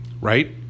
right